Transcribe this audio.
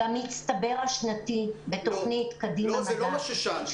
במצטבר השנתי בתוכנית קדימה מדע - "שלבים" -- זה לא מה ששאלתי.